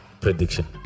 Prediction